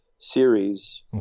series